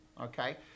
okay